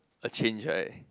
a change right